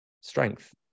strength